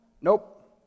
Nope